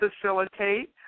facilitate